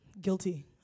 Guilty